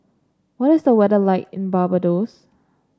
what is the weather like in Barbados